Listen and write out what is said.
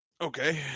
Okay